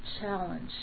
challenge